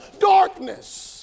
darkness